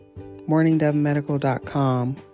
morningdovemedical.com